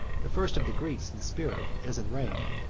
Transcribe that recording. the first of the greeks in spirit as in rank,